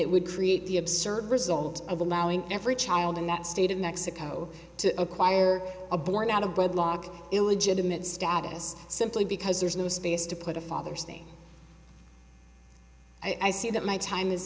it would create the absurd result of allowing every child in that state of mexico to acquire a born out of wedlock illegitimate status simply because there's no space to put a father's thing i see that my time is